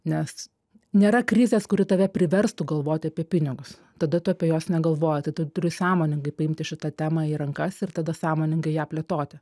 nes nėra krizės kuri tave priverstų galvot apie pinigus tada tu apie juos negalvoji tai tu turi sąmoningai paimti šitą temą į rankas ir tada sąmoningai ją plėtoti